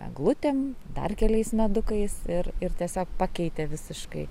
eglutėm dar keliais medukais ir ir tiesiog pakeitė visiškai